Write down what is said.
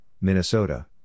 Minnesota